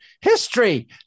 History